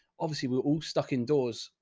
obviously we were all stuck in doors.